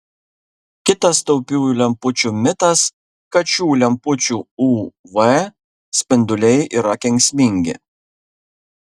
kitas taupiųjų lempučių mitas kad šių lempučių uv spinduliai yra kenksmingi